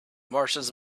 martians